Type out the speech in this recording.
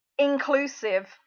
inclusive